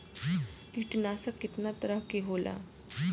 कीटनाशक केतना तरह के होला?